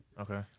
okay